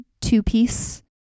two-piece